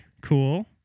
cool